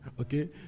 Okay